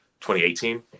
2018